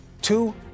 Two